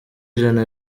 ijana